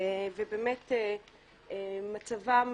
ובאמת מצבם